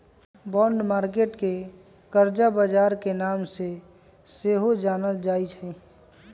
bond market के करजा बजार के नाम से सेहो जानल जाइ छइ